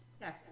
Yes